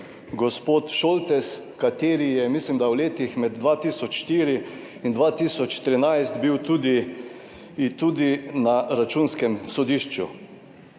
gospod Šoltes, kateri je, mislim, da v letih med 2004 in 2013 bil tudi, tudi na Računskem sodišču.